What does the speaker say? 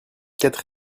quatre